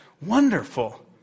wonderful